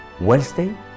Wednesday